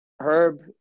Herb